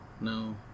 No